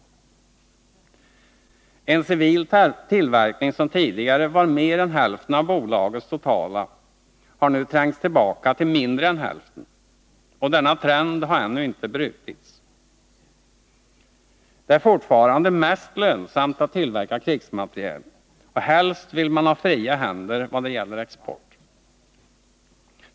En civil tillverkning som tidigare var mer än hälften av bolagets totala har nu trängts tillbaka till mindre än hälften, och denna trend har ännu inte brutits. Det är fortfarande mest lönsamt att tillverka krigsmateriel, och helst vill man ha friare händer i vad gäller export.